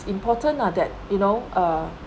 important ah that you know uh